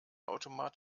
automat